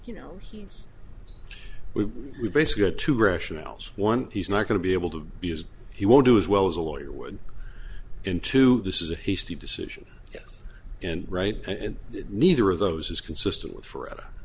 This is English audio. you know he's we basically had two rationales one he's not going to be able to because he won't do as well as a lawyer would into this is a hasty decision and right and neither of those is consistent with for